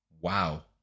Wow